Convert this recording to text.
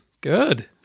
Good